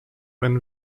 when